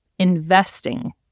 investing